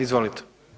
Izvolite.